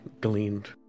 gleaned